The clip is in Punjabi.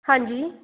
ਹਾਂਜੀ